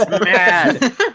mad